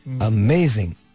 amazing